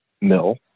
mill